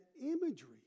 imagery